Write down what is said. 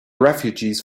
refugees